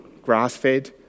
grass-fed